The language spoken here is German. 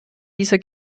dieser